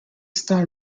star